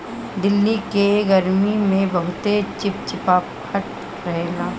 दिल्ली के गरमी में बहुते चिपचिपाहट रहेला